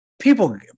people